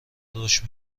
رشد